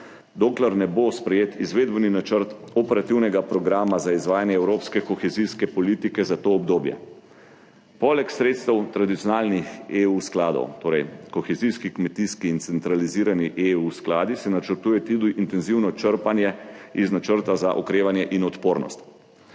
dokler ne bo sprejet izvedbeni načrt operativnega programa za izvajanje evropske kohezijske politike za to obdobje. Poleg sredstev tradicionalnih skladov EU, torej kohezijski, kmetijski in centralizirani skladi EU, se načrtuje tudi intenzivno črpanje iz Načrta za okrevanje in odpornost.